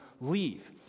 leave